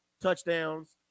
touchdowns